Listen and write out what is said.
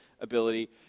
ability